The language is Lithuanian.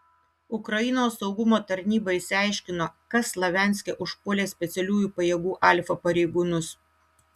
ukrainos saugumo tarnyba išsiaiškino kas slavianske užpuolė specialiųjų pajėgų alfa pareigūnus